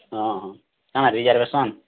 ହଁ ହଁ କା'ଣା ରିଜର୍ଭେସନ୍